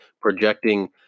projecting